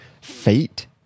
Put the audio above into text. fate